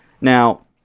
Now